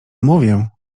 mówię